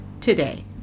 today